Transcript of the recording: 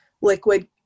liquid